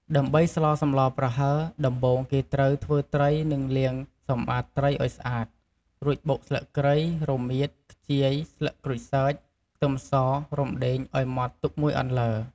ដើម្បីស្លសម្លប្រហើរដំបូងគេត្រូវ ធ្វើត្រីនិងលាងសម្អាតត្រីឱ្យស្អាត រួចបុក ស្លឺកគ្រៃ រមៀត ខ្ជាយ ស្លឹកក្រូចសើច ខ្ទឹមស រំដេងឱ្យម៉ដ្ឋទុកមួយអន្លើ។